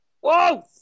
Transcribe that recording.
Whoa